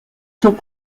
sont